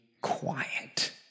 quiet